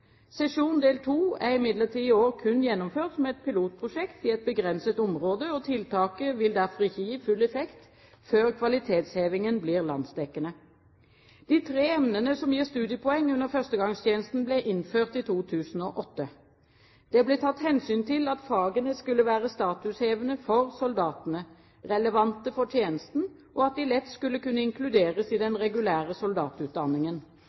Sesjon del 2 er imidlertid i år kun gjennomført som et pilotprosjekt i et begrenset område, og tiltaket vil derfor ikke gi full effekt før kvalitetshevingen blir landsdekkende. De tre emnene som gir studiepoeng under førstegangstjenesten, ble innført i 2008. Det ble tatt hensyn til at fagene skulle være statushevende for soldatene, relevante for tjenesten, og at de lett skulle kunne inkluderes i den regulære soldatutdanningen.